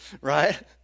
Right